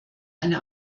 eine